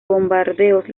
bombardeos